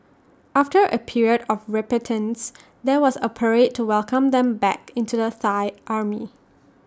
after A period of repentance there was A parade to welcome them back into the Thai army